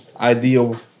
ideal